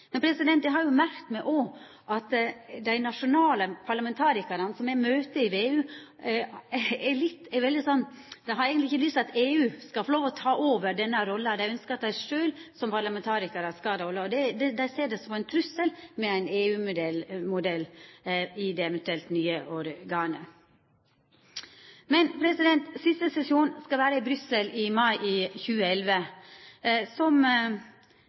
Men eg har merka meg òg at dei nasjonale parlamentarikarane som me møter i VEU, eigentleg ikkje har lyst til at EU skal få lov til å ta over denne rolla. Dei ønskjer at dei sjølve som parlamentarikarar skal ha rolla, og dei ser det som ein trussel med ein EU-modell i det eventuelt nye organet. Siste sesjon skal vera i Brussel i mai i 2011.